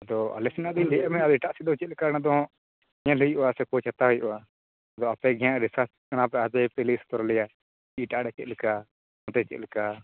ᱟᱫᱚ ᱟᱞᱮ ᱥᱮᱱᱟᱜ ᱫᱚᱧ ᱞᱟ ᱭᱟᱜᱢᱮ ᱟᱨ ᱮᱴᱟᱜ ᱥᱮᱱᱟᱜ ᱫᱚ ᱪᱮᱜ ᱞᱮᱠᱟ ᱚᱱᱟᱫᱚ ᱧᱮᱞ ᱦᱩᱭᱩᱜᱼᱟ ᱥᱮ ᱠᱚ ᱪᱮᱛᱟ ᱦᱩᱭᱩᱜ ᱼᱟ ᱟᱫᱚ ᱟᱯᱮᱜᱮ ᱦᱟᱸᱜ ᱨᱤᱥᱟᱪ ᱠᱚ ᱠᱟᱱᱟᱯᱮ ᱟᱯᱮᱜᱮᱯᱮ ᱞᱤᱥᱴ ᱛᱚ ᱞᱮᱭᱟ ᱪᱮ ᱮᱴᱟᱜ ᱲᱮ ᱪᱮᱜᱞᱮᱠᱟ ᱱᱚᱛᱮ ᱪᱮᱜᱞᱮᱠᱟ